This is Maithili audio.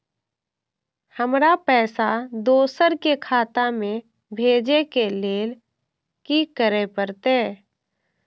हमरा पैसा दोसर के खाता में भेजे के लेल की करे परते?